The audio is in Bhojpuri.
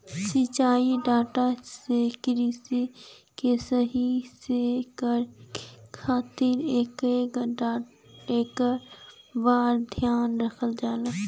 सिंचाई डाटा से कृषि के सही से करे क खातिर एकर बराबर धियान रखल जाला